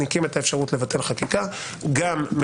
ולכן,